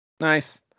Nice